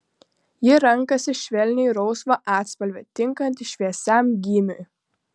ji renkasi švelniai rausvą atspalvį tinkantį šviesiam gymiui